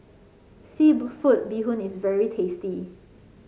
Bee Hoon is very tasty